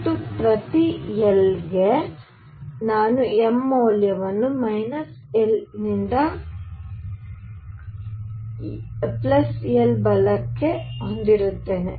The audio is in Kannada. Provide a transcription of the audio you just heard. ಮತ್ತು ಪ್ರತಿ l ಗೆ ನಾನು m ಮೌಲ್ಯಗಳನ್ನು l ನಿಂದ l ಬಲಕ್ಕೆ ಹೊಂದಿರುತ್ತೇನೆ